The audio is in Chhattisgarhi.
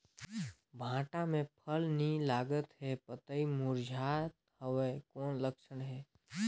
भांटा मे फल नी लागत हे पतई मुरझात हवय कौन लक्षण हे?